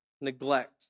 neglect